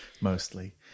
mostly